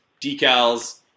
decals